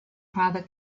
father